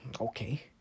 Okay